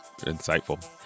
insightful